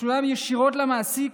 שתשולם ישירות למעסיק,